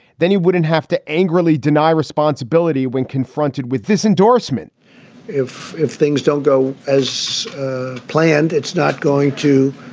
then you wouldn't have to angrily deny responsibility when confronted with this endorsement if if things don't go as planned, it's not going to